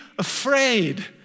Afraid